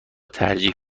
ترجیح